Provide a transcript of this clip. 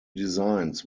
designs